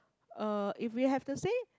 uh if we have to say